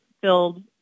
filled